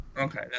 Okay